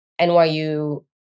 NYU